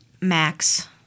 Max